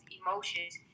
emotions